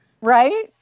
right